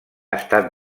estat